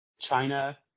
China